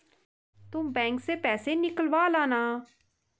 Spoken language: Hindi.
तुम बैंक से पैसे निकलवा लाना